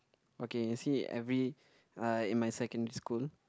okay you see every like in my secondary school